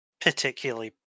particularly